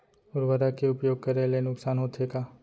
उर्वरक के उपयोग करे ले नुकसान होथे का?